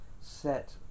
set